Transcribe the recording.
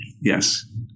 yes